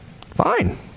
Fine